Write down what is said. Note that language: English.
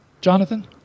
Jonathan